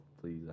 please